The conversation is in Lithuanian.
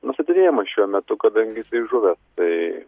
nustatinėjama šiuo metu kadangi jisai žuvęs tai